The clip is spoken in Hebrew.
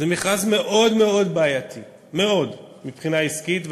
זה מכרז מאוד מאוד בעייתי מבחינה עסקית,